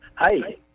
Hi